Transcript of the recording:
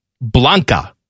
Blanca